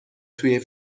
توی